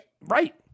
Right